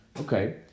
Okay